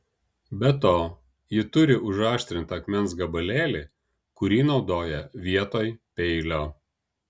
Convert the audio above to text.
be to ji turi užaštrintą akmens gabalėlį kurį naudoja vietoj peilio